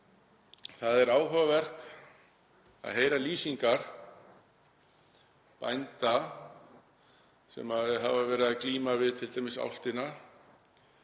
Það er áhugavert að heyra lýsingar bænda sem hafa verið að glíma við t.d. álftina.